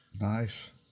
Nice